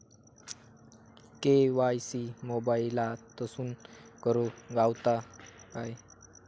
KYC मोबाईलातसून करुक गावता काय?